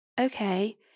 okay